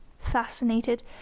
Fascinated